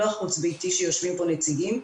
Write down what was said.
לא החוץ-ביתי שיושבים פה נציגים,